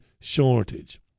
shortage